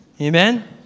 amen